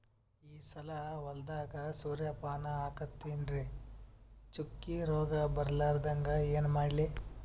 ಈ ಸಲ ಹೊಲದಾಗ ಸೂರ್ಯಪಾನ ಹಾಕತಿನರಿ, ಚುಕ್ಕಿ ರೋಗ ಬರಲಾರದಂಗ ಏನ ಮಾಡ್ಲಿ?